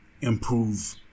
improve